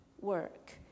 work